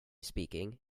speaking